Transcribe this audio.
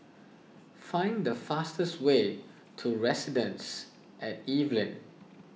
find the fastest way to Residences at Evelyn